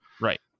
Right